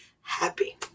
happy